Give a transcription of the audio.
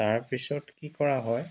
তাৰপিছত কি কৰা হয়